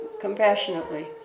compassionately